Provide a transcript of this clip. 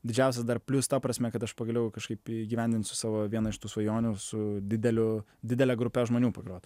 didžiausias dar plius ta prasme kad aš pagaliau kažkaip įgyvendinsiu savo vieną iš tų svajonių su dideliu didele grupe žmonių pagrot